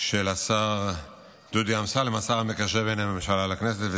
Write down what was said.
של השר דודי אמסלם, השר המקשר בין הממשלה לכנסת.